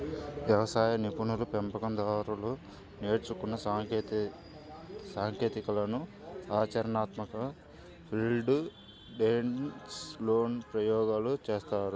వ్యవసాయ నిపుణులు, పెంపకం దారులు నేర్చుకున్న సాంకేతికతలను ఆచరణాత్మకంగా ఫీల్డ్ డేస్ లోనే ప్రయోగాలు చేస్తారు